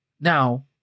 Now